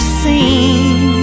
seen